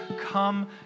come